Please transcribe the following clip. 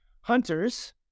hunters